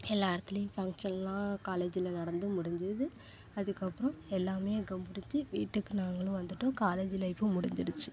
எல்லா இடத்துலையும் ஃபங்ஷன்லாம் காலேஜில் நடந்து முடிஞ்சிது அதுக்கப்புறோம் எல்லாமே அங்கே முடிஞ்சு வீட்டுக்கு நாங்களும் வந்துவிட்டோம் காலேஜ் லைஃபும் முடிஞ்சிடுச்சு